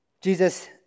Jesus